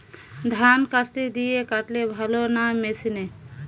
ধান কাস্তে দিয়ে কাটলে ভালো না মেশিনে?